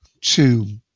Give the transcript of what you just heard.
two